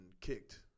kicked